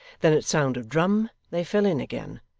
then at sound of drum they fell in again,